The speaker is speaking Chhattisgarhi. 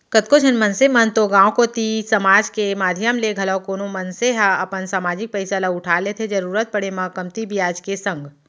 कतको झन मनसे मन तो गांव कोती समाज के माधियम ले घलौ कोनो मनसे ह अपन समाजिक पइसा ल उठा लेथे जरुरत पड़े म कमती बियाज के संग